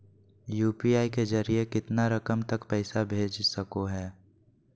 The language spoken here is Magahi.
यू.पी.आई के जरिए कितना रकम तक पैसा भेज सको है?